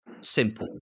Simple